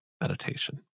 meditation